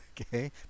Okay